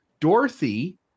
Dorothy